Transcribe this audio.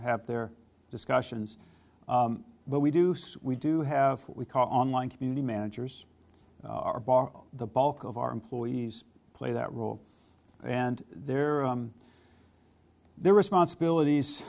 have their discussions but we do we do have what we call online community managers are the bulk of our employees play that role and there are their responsibilities